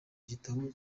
gitabo